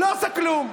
לא עשה כלום.